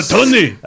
Tony